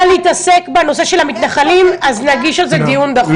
להתעסק בנושא של המתנחלים אז נגיש על זה דיון דחוף.